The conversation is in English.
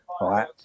right